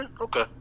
Okay